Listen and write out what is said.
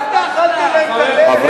חבר